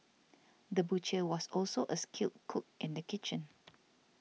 the butcher was also a skilled cook in the kitchen